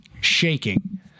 shaking